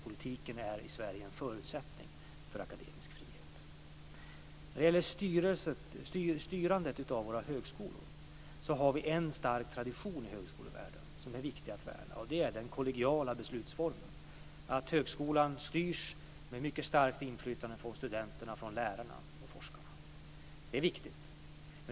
Politiken är i Sverige en förutsättning för akademisk frihet. När det gäller styrandet i våra högskolor har vi en stark tradition i högskolevärlden som är viktig att värna, nämligen den kollegiala beslutsformen, att högskolan styrs med starkt inflytande från studenterna, lärarna och forskarna.